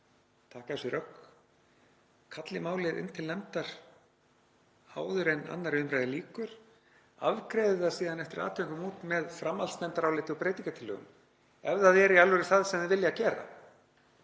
taki á sig rögg, kalli málið til nefndar áður en 2. umr. lýkur, afgreiði það síðan eftir atvikum út með framhaldsnefndaráliti og breytingartillögum, ef það er í alvöru það sem þau vilja gera.